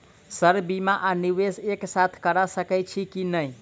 Sir बीमा आ निवेश एक साथ करऽ सकै छी की न ई?